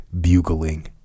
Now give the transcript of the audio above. bugling